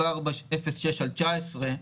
4406/19,